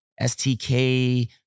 STK